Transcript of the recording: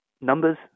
numbers